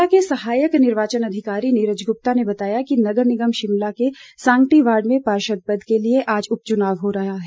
शिमला के सहायक निर्वाचन अधिकारी नीरज गुप्ता ने बताया है कि नगर निगम शिमला के सांगटी वार्ड में पार्षद पद के लिए आज उपचुनाव हो रहा है